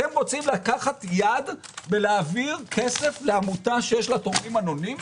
אתם רוצים לקחת יד בלהעביר כסף לעמותה שש לה תורמים אנונימיים?